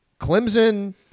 Clemson